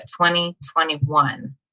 2021